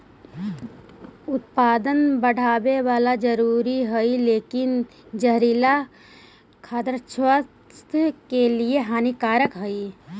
उत्पादन बढ़ावेला जरूरी हइ लेकिन जहरीला खाद्यान्न स्वास्थ्य के लिए हानिकारक हइ